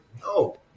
No